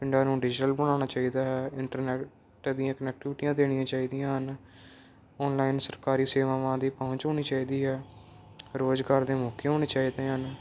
ਪਿੰਡਾਂ ਨੂੰ ਡਿਜੀਟਲ ਬਣਾਉਣਾ ਚਾਹੀਦਾ ਹੈ ਇੰਟਰਨੈਟ ਦੀਆਂ ਕਨੈਕਟੀਵਿਟੀਆਂ ਦੇਣੀਆਂ ਚਾਹੀਦੀਆਂ ਹਨ ਆਨਲਾਈਨ ਸਰਕਾਰੀ ਸੇਵਾਵਾਂ ਦੀ ਪਹੁੰਚ ਹੋਣੀ ਚਾਹੀਦੀ ਹੈ ਰੋਜ਼ਗਾਰ ਦੇ ਮੌਕੇ ਹੋਣੇ ਚਾਹੀਦੇ ਹਨ